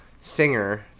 singer